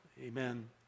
amen